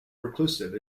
reclusive